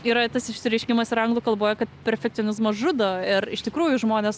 yra tas išsireiškimas ir anglų kalboj kad perfekcionizmas žudo ir iš tikrųjų žmonės